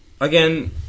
again